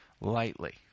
lightly